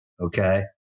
okay